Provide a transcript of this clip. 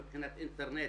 מבחינת אינטרנט,